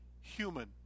human